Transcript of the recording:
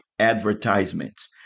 advertisements